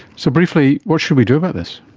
so, briefly, what should we do about this?